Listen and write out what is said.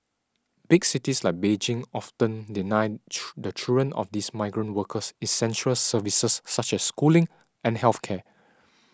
big cities like Beijing often deny the children of these migrant workers essential services such as schooling and health care